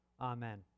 Amen